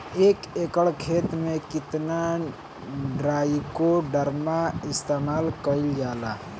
एक एकड़ खेत में कितना ट्राइकोडर्मा इस्तेमाल कईल जाला?